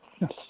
Yes